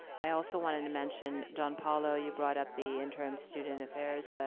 i also wanted to mention jan paolo you brought up the interim student affairs,